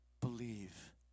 Believe